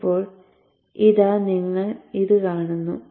ഇപ്പോൾ ഇതാ നിങ്ങൾ അത് കാണുന്നു